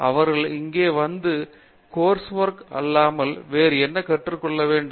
அவர்கள் அங்கு வந்த பிறகு கோர்ஸ் ஒர்க் அல்லாமல் வேறு என்ன கற்று கொள்ள வேண்டும்